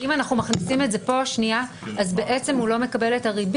אם אנחנו מכניסים את זה פה הוא לא מקבל את הריבית,